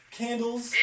candles